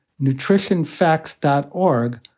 nutritionfacts.org